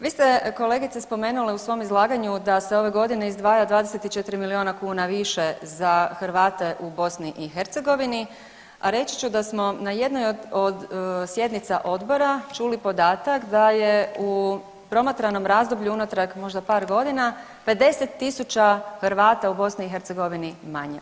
Vi ste kolegice spomenuli u svom izlaganju da se ove godine izdvaja 24 milijuna više za Hrvate u BiH, a reći ću da smo na jednoj od sjednica Odbora čuli podatak da je u promatranom razdoblju unatrag možda par godina 50 tisuća Hrvati u BiH manje.